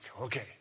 Okay